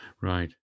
Right